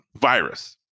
virus